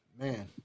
Man